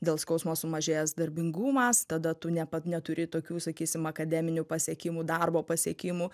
dėl skausmo sumažėjęs darbingumas tada tu ne pat neturi tokių sakysim akademinių pasiekimų darbo pasiekimų